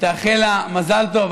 ותאחל לה מזל טוב.